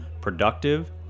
productive